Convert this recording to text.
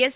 S